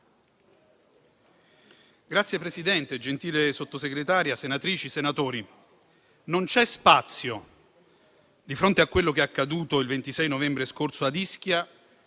Signor Presidente, gentile Sottosegretaria, senatrici, senatori, non c'è spazio, di fronte a quello che è accaduto il 26 novembre scorso a Ischia,